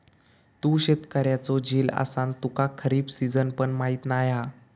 तू शेतकऱ्याचो झील असान तुका खरीप सिजन पण माहीत नाय हा